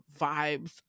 vibes